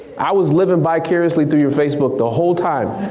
i was living vicariously through your facebook the whole time.